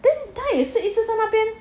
then 他也是一直在那边